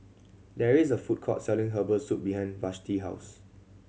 there is a food court selling herbal soup behind Vashti house